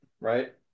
right